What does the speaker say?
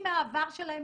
לאור העובדות האלה,